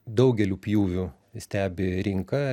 daugeliu pjūvių stebi rinką